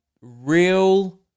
real